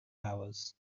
hours